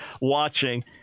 watching